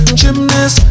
gymnast